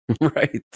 Right